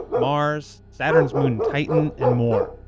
mars, saturn's moon titan, and more.